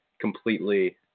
completely